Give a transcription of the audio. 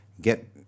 get